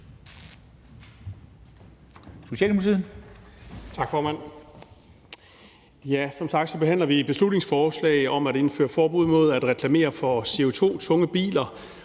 Som sagt behandler vi et beslutningsforslag om at indføre forbud mod at reklamere for CO2-tunge biler,